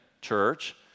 church